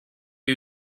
you